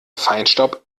feinstaub